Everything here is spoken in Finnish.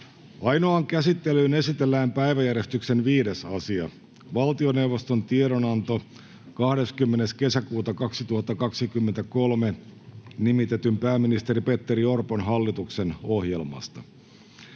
Ainoaan käsittelyyn esitellään päiväjärjestyksen 5. asia, valtioneuvoston tiedonanto 20.6.2023 nimitetyn pääministeri Petteri Orpon hallituksen ohjelmasta.